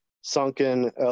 sunken